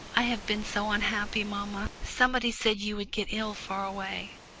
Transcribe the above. i have been so unhappy, mamma somebody said you would get ill far away.